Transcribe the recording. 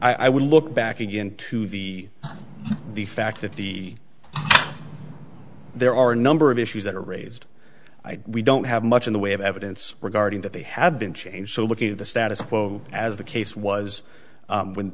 do i would look back again to the the fact that the there are a number of issues that are raised we don't have much in the way of evidence regarding that they have been changed so looking at the status quo as the case was